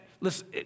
listen